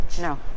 No